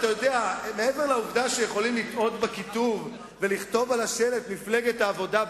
מעבר לעובדה שיכולים לטעות בכיתוב ולכתוב על השלט מפלגת האבודה,